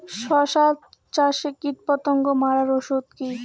শসা চাষে কীটপতঙ্গ মারার ওষুধ কি?